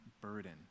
burden